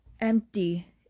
empty